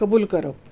कबूल करप